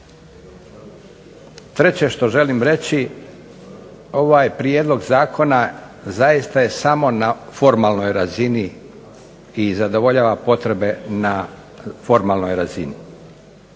Treće što želim reći, ovaj prijedlog zakona zaista je samo na formalnoj razini i zadovoljava potrebe na formalnoj razini.